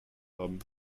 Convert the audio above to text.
haben